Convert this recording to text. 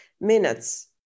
minutes